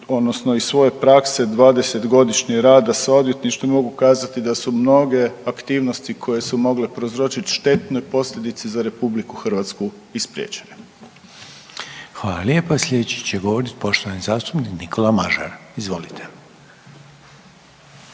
Ja iz svoje prakse dvadeset godišnjeg rada sa odvjetništvom mogu kazati da su mnoge aktivnosti koje su mogle prouzročiti štetne posljedice za RH i spriječene. **Reiner, Željko (HDZ)** Hvala lijepo. Sljedeći će govoriti poštovani zastupnik Nikola Mažar. Izvolite.